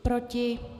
Proti?